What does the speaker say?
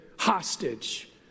hostage